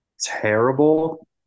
terrible